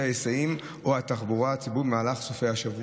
ההיסעים או התחבורה הציבורית במהלך סופי השבוע.